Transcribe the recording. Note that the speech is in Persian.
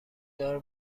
دار